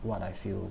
what I feel